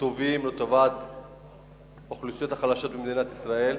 הטובים לאוכלוסיות החלשות במדינת ישראל.